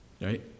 right